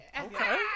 Okay